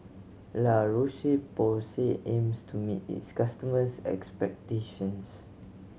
La Roche Porsay aims to meet its customers' expectations